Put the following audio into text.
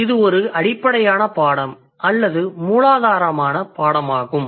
இது ஒரு அடிப்படையான பாடம் அல்லது மூலாதாரமான பாடமாகும்